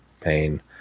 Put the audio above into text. pain